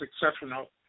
exceptional